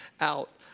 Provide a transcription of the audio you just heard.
out